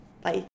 Bye